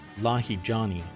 Lahijani